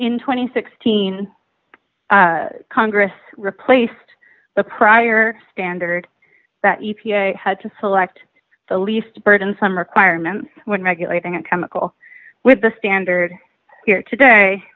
and sixteen congress replaced the prior standard that had to select the least burdensome requirements when regulating a chemical with the standard here today